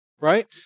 right